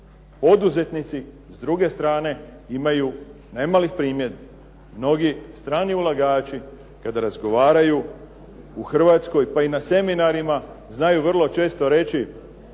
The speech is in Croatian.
Poduzetnici s druge strane imaju nemali primjer mnogi strani ulagači kada razgovaraju u Hrvatskoj, pa i na seminarima, znaju vrlo često reći,